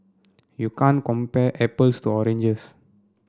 you can't compare apples to oranges